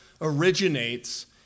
originates